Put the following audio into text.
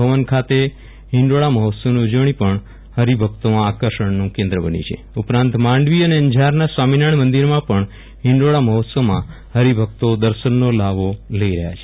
ભવન ખાતે હિંડોળા મહોત્સવની ઉજવણી પણ હરિભક્તોમાં આકર્ષણનું કેન્દ્ર બની છે ઉપરાંત માંડવી અને અંજારના સ્વામિનારાથણ મંદિરમાં પણ હિંડોળા મહોત્સવમાં હરિભક્તો દર્શનનો લાહવો લઇ રહ્યા છે